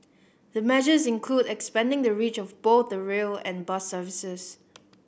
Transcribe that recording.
the measures include expanding the reach of both the rail and bus services